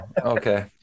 Okay